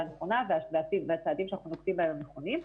נכונה והצעדים שאנחנו נוקטים בהם הם נכונים.